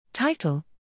Title